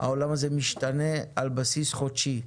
העולם הזה משתנה על בסיס חודשים.